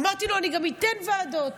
אמרתי לו: אני גם אתן ועדות.